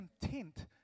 content